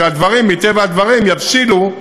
כשהדברים מטבע הדברים יבשילו,